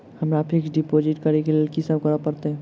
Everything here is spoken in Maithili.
हमरा फिक्स डिपोजिट करऽ केँ लेल की सब करऽ पड़त?